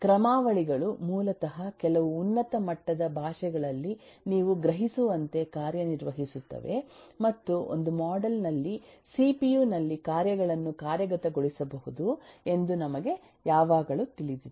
ಕ್ರಮಾವಳಿಗಳು ಮೂಲತಃ ಕೆಲವು ಉನ್ನತ ಮಟ್ಟದ ಭಾಷೆಗಳಲ್ಲಿ ನೀವು ಗ್ರಹಿಸುವಂತೆ ಕಾರ್ಯನಿರ್ವಹಿಸುತ್ತವೆ ಮತ್ತು ಒಂದು ಮಾಡೆಲ್ ನಲ್ಲಿ ಸಿಪಿಯು ನಲ್ಲಿ ಕಾರ್ಯಗಳನ್ನು ಕಾರ್ಯಗತಗೊಳಿಸಬಹುದು ಎಂದು ನಮಗೆ ಯಾವಾಗಲೂ ತಿಳಿದಿದೆ